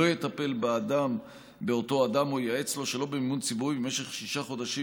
לא יטפל באותו אדם או ייעץ לו שלא במימון ציבורי במשך שישה חודשים